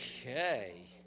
Okay